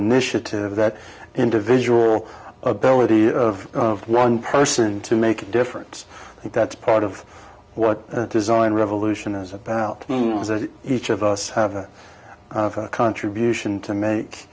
initiative that individual ability of one person to make a difference i think that's part of what the design revolution is about is that each of us have a contribution to make